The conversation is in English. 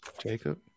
Jacob